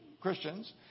Christians